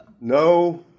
No